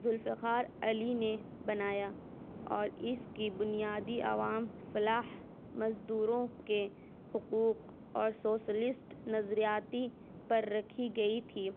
ذوالفقار علی نے بنایا اور اس کی بنیادی عوام فلاح مزدوروں کے حقوق اور سوسلشٹ نظریاتی پر رکھی گئی تھی